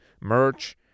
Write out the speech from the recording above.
merch